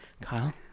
Kyle